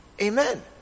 Amen